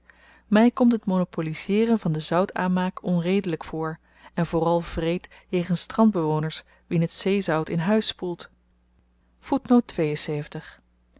my komt het monopolizeeren van den zoutaanmaak onredelyk voor en vooral wreed jegens strandbewoners wien t zeezout in huis spoelt